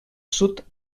sud